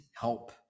help